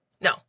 no